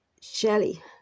Shelley